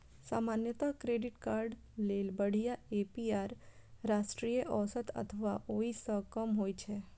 सामान्यतः credit card लेल बढ़िया ए.पी.आर राष्ट्रीय औसत अथवा ओइ सं कम होइ छै